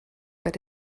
but